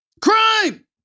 Crime